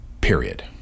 period